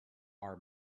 are